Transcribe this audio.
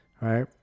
right